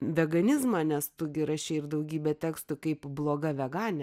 veganizmą nes tu gi rašei ir daugybę tekstų kaip bloga veganė